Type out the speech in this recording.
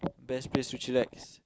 best place to chillax